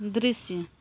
दृश्य